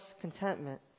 contentment